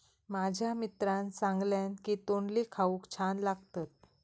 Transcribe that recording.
माझ्या मित्रान सांगल्यान की तोंडली खाऊक छान लागतत